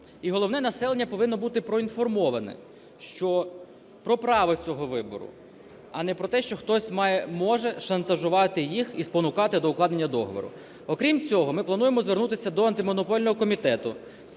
і головне – населення повинно бути поінформовано про право цього вибору, а не про те, що хтось може шантажувати їх і спонукати до укладення договору. Окрім цього ми плануємо звернутися до Антимонопольного комітету,